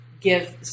give